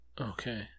Okay